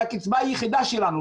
שהיא הקצבה היחידה שלנו,